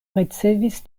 ricevis